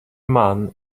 man